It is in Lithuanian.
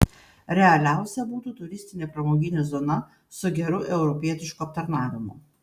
realiausia būtų turistinė pramoginė zona su geru europietišku aptarnavimu